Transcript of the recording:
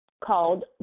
called